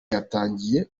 yatangiye